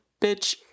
bitch